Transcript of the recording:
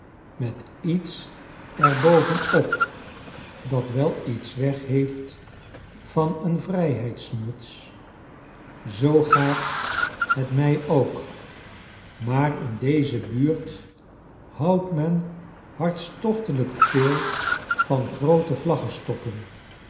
met iets er bovenop dat wel iets weg heeft van een vrijheidsmuts zoo gaat het mij ook maar in deze buurt houdt men hartstochtelijk veel van